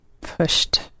pushed